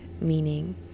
meaning